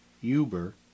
Uber